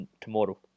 tomorrow